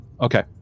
Okay